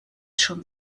schon